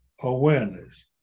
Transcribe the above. awareness